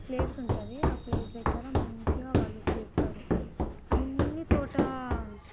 place ఉంటుంది ఆ place దగ్గర మంచిగా వాళ్ళు చేస్తారు అన్నీ తోట